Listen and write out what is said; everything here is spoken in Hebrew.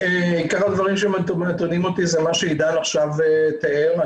עיקר הדברים שמטרידים אותי זה מה שעידן עכשיו תיאר.